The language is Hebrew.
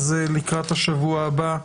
אז לקראת השבוע הבא,